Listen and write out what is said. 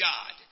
God